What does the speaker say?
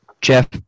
jeff